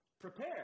prepare